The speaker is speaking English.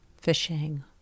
fishing